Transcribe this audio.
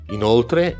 Inoltre